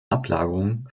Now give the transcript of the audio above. ablagerungen